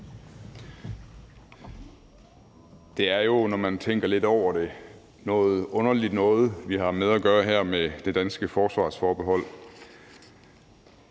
Olesen (LA): Når man tænker lidt over det, er det jo noget underligt noget, vi har med at gøre her, med det danske forsvarsforbehold.